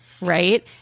Right